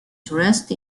dressed